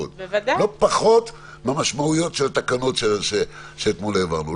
לא פחות מהמשמעויות של התקנות שהעברנו אתמול.